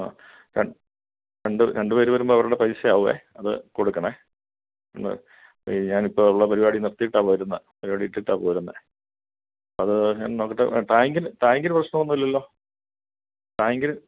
ആ ര രണ്ട് രണ്ട് പേര് വരുമ്പോൾ അവരുടെ പൈസ ആവുവേ അത് കൊടുക്കണേ ഇന്ന് ഈ ഞാൻ ഇപ്പോൾ ഉള്ള പരിപാടി നിര്ത്തിയിട്ടാ പോരുന്നത് പരിപാടി ഇട്ടിട്ടാണ് പോരുന്നത് അത് ഞാന് നോക്കിയിട്ട് ടാങ്കിന് ടാങ്കിന് പ്രശ്നോന്നൂല്ലല്ലോ ടാങ്കിന്